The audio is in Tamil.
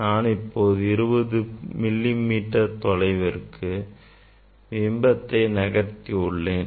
நான் இப்போது 20 மில்லி மீட்டர் தொலைவிற்கு பிம்பத்தை நகர்த்தி உள்ளேன்